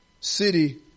city